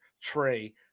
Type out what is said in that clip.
Trey